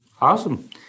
Awesome